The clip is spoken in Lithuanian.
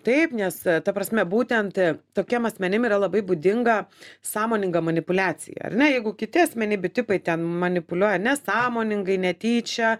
taip nes ta prasme būtent tokiem asmenim yra labai būdinga sąmoninga manipuliacija ar ne jeigu kiti asmenybių tipai ten manipuliuoja nesąmoningai netyčia